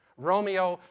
romeo,